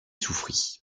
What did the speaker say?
souffrit